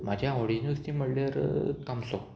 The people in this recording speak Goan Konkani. म्हाज्या आवडीचें नुस्तें म्हणल्यार तामसो